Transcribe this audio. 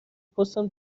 پستم